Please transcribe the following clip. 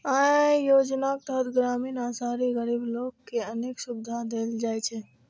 अय योजनाक तहत ग्रामीण आ शहरी गरीब लोक कें अनेक सुविधा देल जाइ छै